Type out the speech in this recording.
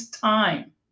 time